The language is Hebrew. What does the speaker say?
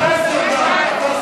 חבר הכנסת פרוש.